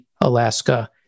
Alaska